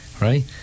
Right